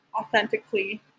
authentically